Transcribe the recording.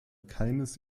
keines